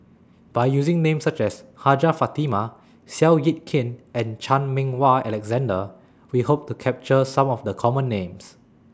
By using Names such as Hajjah Fatimah Seow Yit Kin and Chan Meng Wah Alexander We Hope to capture Some of The Common Names